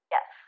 Yes